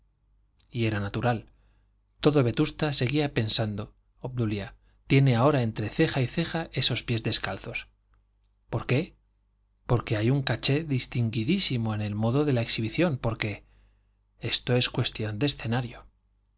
era natural todo vetusta seguía pensando obdulia tiene ahora entre ceja y ceja esos pies descalzos por qué porque hay un cachet distinguidísimo en el modo de la exhibición porque esto es cuestión de escenario